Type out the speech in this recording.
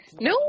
No